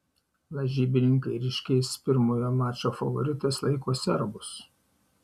lažybininkai ryškiais pirmojo mačo favoritais laiko serbus